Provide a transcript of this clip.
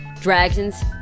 dragons